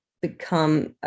become